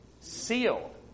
Sealed